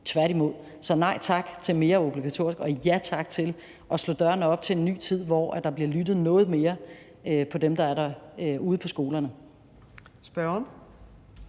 tværtimod. Så nej tak til mere obligatorisk, og ja tak til at slå dørene op til en ny tid, hvor der bliver lyttet noget mere på dem, der er derude på skolerne.